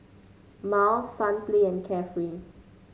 Miles Sunplay and Carefree